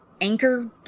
anchor